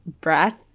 breath